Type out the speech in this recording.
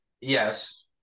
Yes